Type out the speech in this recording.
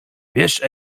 wiesz